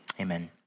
amen